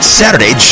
saturday